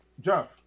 Jeff